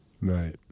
Right